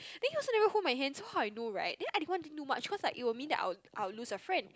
then he also never hold my hands so how I know right then I didn't want to do much cause like it will mean that I'll I'll lose a friend